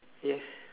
yes